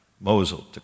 Mosul